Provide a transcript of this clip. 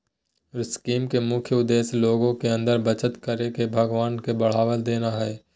scheme के मुख्य उद्देश्य लोग के अंदर बचत करे के भावना के बढ़ावा देना हइ